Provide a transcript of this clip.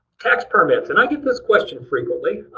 tax permits. and i get this question frequently.